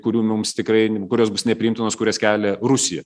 kurių mums tikrai kurios bus nepriimtinos kurias kelia rusija